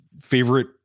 favorite